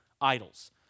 idols